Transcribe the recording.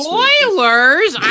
Spoilers